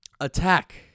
Attack